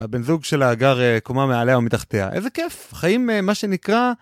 הבן זוג שלה גר קומה מעליה ומתחתיה איזה כיף, חיים מה שנקרא.